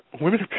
women